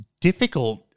difficult